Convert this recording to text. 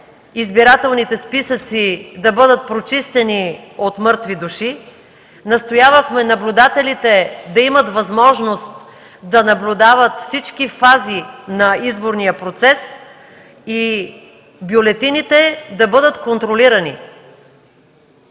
избирателните списъци да бъдат прочистени от мъртви души, настоявахме наблюдателите да имат възможност да наблюдават всички фази на изборния процес и бюлетините да бъдат контролирани.